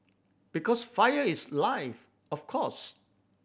because fire is life of course